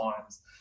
times